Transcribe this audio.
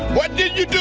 what did you